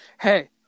Hey